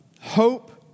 hope